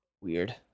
Weird